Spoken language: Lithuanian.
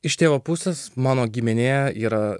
iš tėvo pusės mano giminėje yra